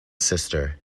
sister